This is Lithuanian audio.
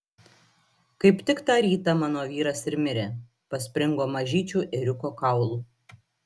kaip tik tą rytą mano vyras ir mirė paspringo mažyčiu ėriuko kaulu